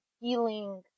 healing